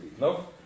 no